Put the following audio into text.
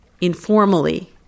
informally